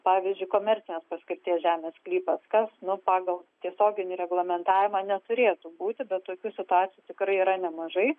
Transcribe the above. pavyzdžiui komercinės paskirties žemės sklypas kas nu pagal tiesioginį reglamentavimą neturėtų būti bet tokių situacijų tikrai yra nemažai